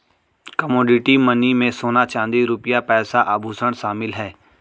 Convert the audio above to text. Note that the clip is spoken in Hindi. कमोडिटी मनी में सोना चांदी रुपया पैसा आभुषण शामिल है